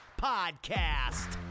Podcast